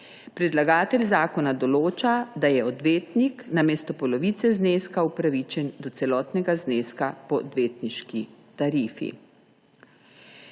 Predlagatelj zakona določa, da je odvetnik namesto polovice zneska upravičen do celotnega zneska po odvetniški tarifi.